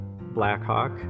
Blackhawk